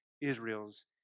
Israel's